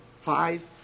five